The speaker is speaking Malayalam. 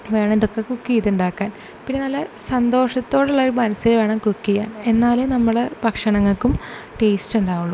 വേണം ഇതൊക്കെ കുക്ക് ചെയ്തുണ്ടാക്കാൻ പിന്നെ നല്ല സന്തോഷത്തോടുള്ളൊരു മനസ്സിൽ വേണം കുക്ക് ചെയ്യാൻ എന്നാലെ നമ്മുടെ ഭക്ഷണങ്ങൾക്കും ടേസ്റ്റൊണ്ടാവുള്ളു